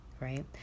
right